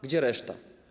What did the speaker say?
Gdzie reszta?